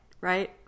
right